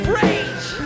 rage